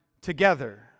together